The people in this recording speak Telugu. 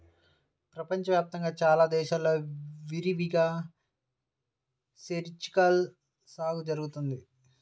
ప్రపంచ వ్యాప్తంగా చాలా దేశాల్లో విరివిగా సెరికల్చర్ సాగు జరుగుతున్నది